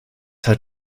hat